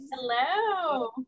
Hello